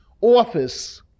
office